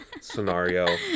scenario